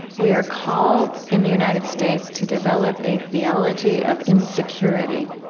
we are called in the united states to develop a theology of insecurity.